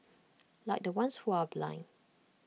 like the ones who are blind